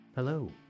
Hello